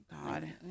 God